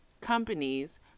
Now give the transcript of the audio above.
companies